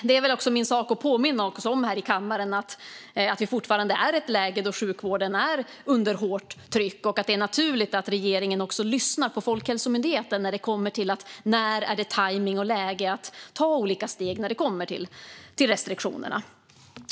Det är väl också min sak att här i kammaren påminna om att vi fortfarande är i ett läge där sjukvården är under hårt tryck och att det är naturligt att regeringen lyssnar på Folkhälsomyndigheten gällande när det är tajmning och läge att ta olika steg när det kommer till restriktionerna.